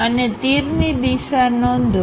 અને તીરની દિશા નોંધો